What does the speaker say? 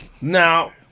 Now